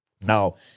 Now